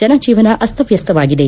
ಜನಜೀವನ ಅಸ್ತವಸ್ತವಾಗಿದೆ